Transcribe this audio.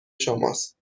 شماست